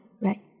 right